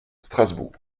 strasbourg